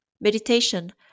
meditation